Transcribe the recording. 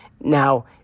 Now